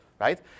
right